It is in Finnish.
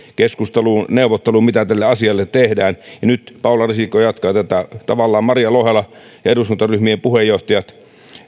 keskusteluun neuvotteluun mitä tälle asialle tehdään ja nyt paula risikko jatkaa tätä tavallaan maria lohela ja eduskuntaryhmien puheenjohtajat